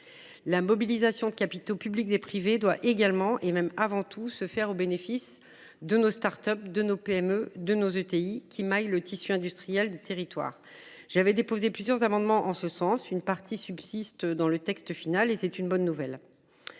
La mobilisation des capitaux publics et privés doit également, et même avant tout, se faire au bénéfice de nos start-up, de nos PME et de nos ETI, qui maillent le tissu industriel des territoires. J’avais déposé plusieurs amendements en ce sens, dont une partie subsiste dans le texte final. C’est une bonne nouvelle.